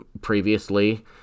previously